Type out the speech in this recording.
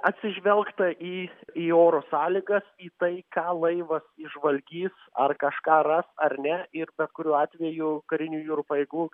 atsižvelgta į į oro sąlygas į tai ką laivas įžvalgys ar kažką ras ar ne ir bet kuriuo atveju karinių jūrų pajėgų